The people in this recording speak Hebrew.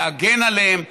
להגן עליהם,